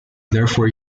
therefore